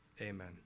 Amen